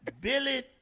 Billy